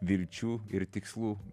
vilčių ir tikslų